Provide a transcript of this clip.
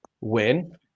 win